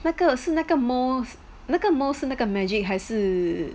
那个是那个 mold 那个 mold 是那个 magic 还是